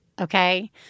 Okay